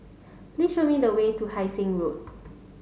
please show me the way to Hai Sing Road